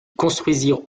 construisirent